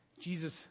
Jesus